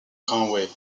conway